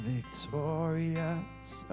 Victorious